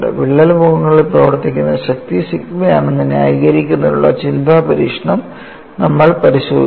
വിള്ളൽ മുഖങ്ങളിൽ പ്രവർത്തിക്കുന്ന ശക്തി സിഗ്മയാണെന്ന് ന്യായീകരിക്കുന്നതിനുള്ള ചിന്താ പരീക്ഷണം നമ്മൾ പരിശോധിച്ചു